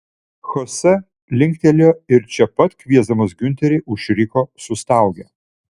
chose linktelėjo ir čia pat kviesdamas giunterį užriko sustaugė